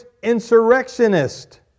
insurrectionist